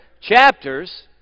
chapters